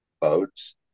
boats